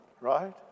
right